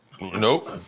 Nope